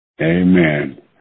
Amen